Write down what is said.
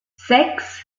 sechs